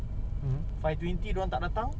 itu kalau boon keng kau sampai five thirty